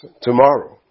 tomorrow